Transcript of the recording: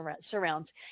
surrounds